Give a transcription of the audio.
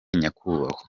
nyakubahwa